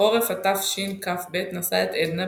בחורף ה'תשכ"ב נשא את עדנה,